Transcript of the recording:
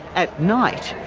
at night,